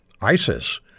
ISIS